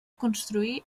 construir